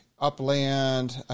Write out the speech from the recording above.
Upland